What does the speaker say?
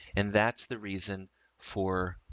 and that's the reason for